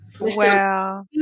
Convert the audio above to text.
Wow